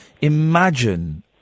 imagine